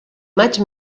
maig